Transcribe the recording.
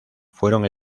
fueron